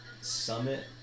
Summit